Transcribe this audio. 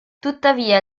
tuttavia